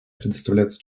предоставляться